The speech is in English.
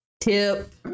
tip